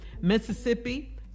Mississippi